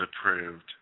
approved